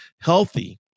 healthy